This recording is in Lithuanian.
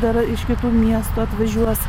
dar iš kitų miestų atvažiuos